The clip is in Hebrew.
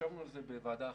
וישבנו על זה בוועדה אחרת,